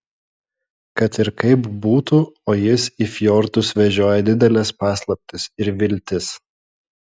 kad ir kaip būtų o jis į fjordus vežioja dideles paslaptis ir viltis